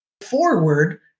forward